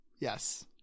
Yes